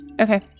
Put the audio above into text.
Okay